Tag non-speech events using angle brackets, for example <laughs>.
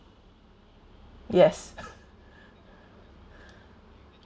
yes <laughs>